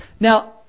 Now